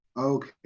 Okay